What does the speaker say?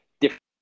different